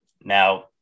Now